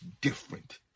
different